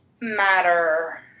matter